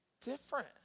different